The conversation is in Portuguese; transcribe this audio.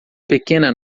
pequena